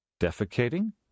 Defecating